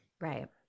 Right